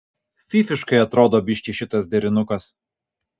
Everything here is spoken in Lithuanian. fyfiškai atrodo biškį šitas derinukas